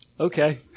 Okay